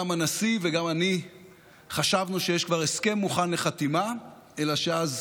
גם הנשיא וגם אני חשבנו שיש כבר הסכם מוכן לחתימה אלא שאז